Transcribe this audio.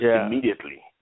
immediately